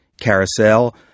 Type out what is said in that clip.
Carousel